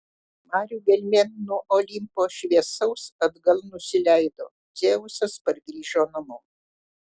marių gelmėn nuo olimpo šviesaus atgal nusileido dzeusas pargrįžo namo